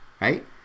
right